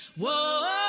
Whoa